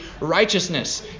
righteousness